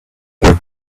were